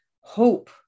hope